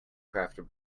crafted